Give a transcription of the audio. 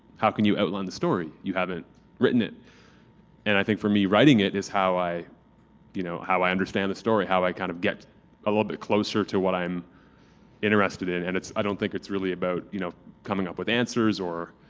how can you outline the story? you haven't written it. ir and i think for me writing it is how i you know how i understand the story, how i kind of get a little bit closer to what i'm interested in. and i don't think it's really about you know coming up with answers or.